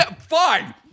fine